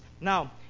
Now